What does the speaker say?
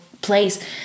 place